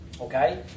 Okay